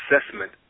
assessment